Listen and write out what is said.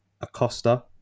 Acosta